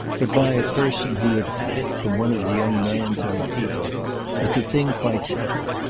but by a person who had had it from one of the young man's own people as a thing quite settled.